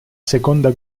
seconda